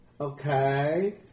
Okay